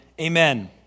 Amen